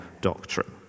doctrine